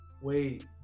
wait